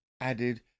added